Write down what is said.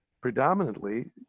predominantly